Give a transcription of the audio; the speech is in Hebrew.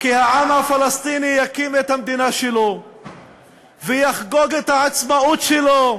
כי העם הפלסטיני יקים את המדינה שלו ויחגוג את העצמאות שלו,